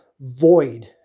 void